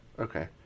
Okay